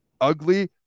ugly